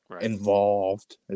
involved